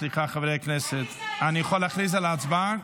סליחה, חברי הכנסת, אני יכול להכריז על ההצבעה?